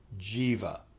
jiva